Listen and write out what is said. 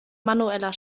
manueller